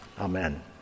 Amen